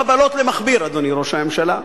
קבלות למכביר, אדוני ראש הממשלה.